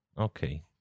Okay